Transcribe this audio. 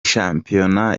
shampiyona